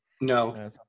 no